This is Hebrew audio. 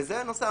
וזה הנושא.